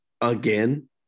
again